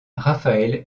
rafael